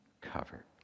covered